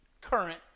current